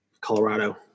Colorado